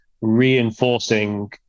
reinforcing